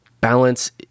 balance